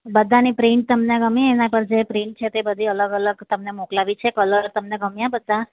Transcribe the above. બધાની પ્રિન્ટ તમને ગમી એના પર જે પ્રિન્ટ છે તે બધી અલગ અલગ તમને મોકલાવી છે કલર તમને ગમ્યાં બધાં